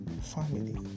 family